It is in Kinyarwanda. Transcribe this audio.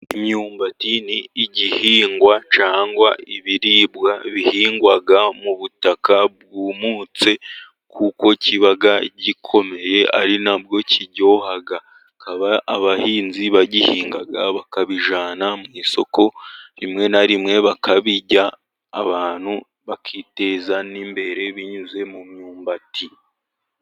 Imyumbati ni igihingwa cyangwa ibiribwa bihingwa mu butaka bwumutse, kuko kiba gikomeye ari nabwo kiryoha, akaba abahinzi bagihinga bakabijyana mu isoko, rimwe na rimwe bakabirya. Abantu bakiteza n'imbere binyuze mu myumbati.